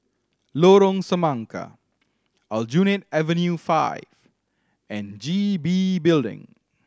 Lorong Semangka Aljunied Avenue Five and G B Building